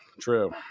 True